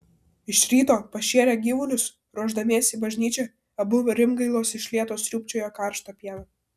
iš ryto pašėrę gyvulius ruošdamiesi į bažnyčią abu rimgailos iš lėto sriūbčiojo karštą pieną